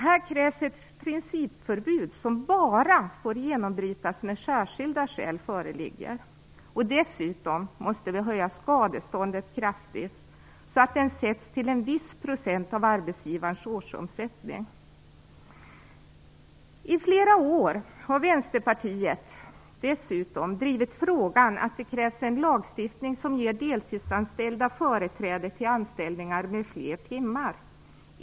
Här krävs ett principförbud som bara får genombrytas om särskilda skäl föreligger. Dessutom måste skadeståndet höjas kraftigt så att det sätts till en viss procent av arbetsgivarens årsomsättning. I flera år har Vänsterpartiet drivit frågan att det krävs en lagstiftning som ger deltidsanställda företräde till anställningar med fler timmar.